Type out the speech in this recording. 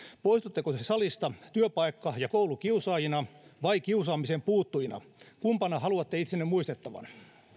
poistutteko te salista työpaikka ja koulukiusaajina vai kiusaamiseen puuttujina kumpana haluatte itsenne muistettavan